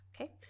Okay